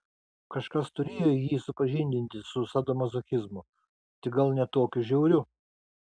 kažkas turėjo jį supažindinti su sadomazochizmu tik gal ne tokiu žiauriu